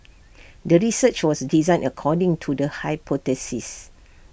the research was designed according to the hypothesis